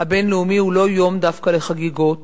הבין-לאומי הוא לא יום דווקא לחגיגות